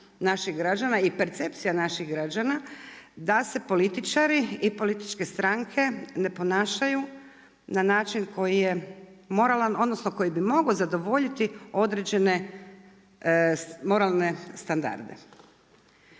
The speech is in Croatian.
i percepcija naših građana da se političari i političke stranke ne ponašaju na način koji je moralan odnosno koji bi mogao zadovoljiti određene moralne standarde.